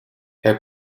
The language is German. herr